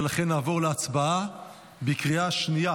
ולכן נעבור להצבעה בקריאה שנייה